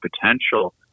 potential